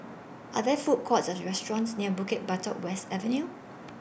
Are There Food Courts Or restaurants near Bukit Batok West Avenue